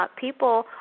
people